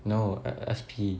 no S_P